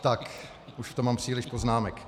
Tak, už tam mám příliš poznámek.